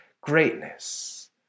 greatness